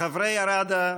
חברי הראדה,